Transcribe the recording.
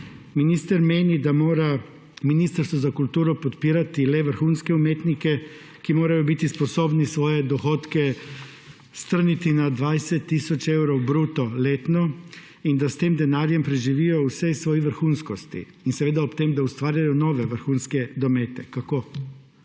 Minister meni, da mora Ministrstvo za kulturo podpirati le vrhunske umetnike, ki morajo biti sposobni svoje dohodke strniti na 20 tisoč evrov bruto letno, in da s tem denarjem preživijo v vsej svoji vrhunskosti, in seveda ob tem, da ustvarjajo nove vrhunske domete – kako?